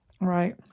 Right